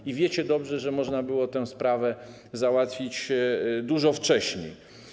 I wiecie dobrze, że można było tę sprawę załatwić dużo wcześniej.